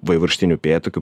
vaivorykštinių upėtakių